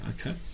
Okay